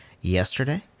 yesterday